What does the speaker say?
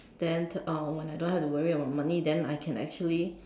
then uh when I don't have to worry about money then I can actually